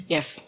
Yes